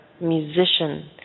musician